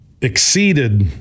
exceeded